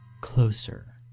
closer